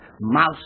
mouse